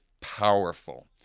powerful